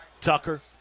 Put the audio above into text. Tucker